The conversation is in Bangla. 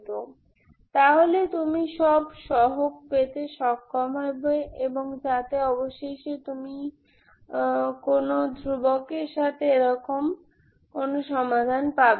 সুতরাং তুমি সব সহগ পেতে সক্ষম হবে যাতে অবশেষে যখন তুমি কোনো ধ্রুবকের সহিত এরকম কোনো সমাধান পাবে